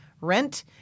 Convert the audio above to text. rent